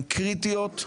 קריטיות,